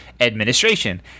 administration